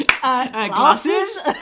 glasses